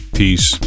peace